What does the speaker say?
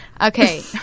okay